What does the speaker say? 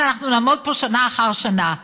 אז אנחנו נעמוד פה שנה אחר שנה,